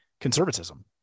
conservatism